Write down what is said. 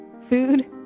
food